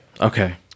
Okay